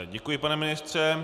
Děkuji, pane ministře.